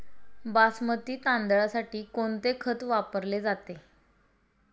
बासमती तांदळासाठी कोणते खत वापरले जाते?